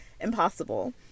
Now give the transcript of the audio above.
impossible